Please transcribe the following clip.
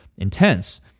intense